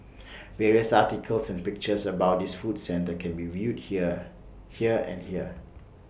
various articles and pictures about this food centre and can be viewed here here and here